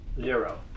Zero